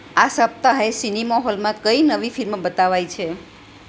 આ સપ્તાહે સિનેમા હોલમાં કઈ નવી ફિલ્મ બતાવાય છે